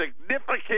significant